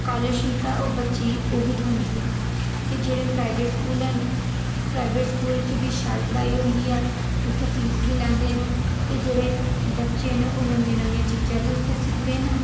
त स्कालरशिप ऐ बच्चें ई ओह् बी थ्होंदी ऐ ते जेह्ड़े प्राइवेट स्कूल न प्राइवेट स्कूल च बी शैल पढ़ाई होंदी ऐ उत्थै फीस बी लैंदे न ते जेह्ड़े बच्चे न ओह् नमियां नमियां चीजां बी उत्थै सिखदे न